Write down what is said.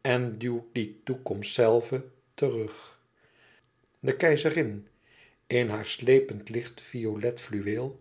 en duwt die toekomst zelve terug de keizerin in haar slepend licht violet fluweel